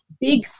big